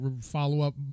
follow-up